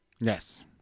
Yes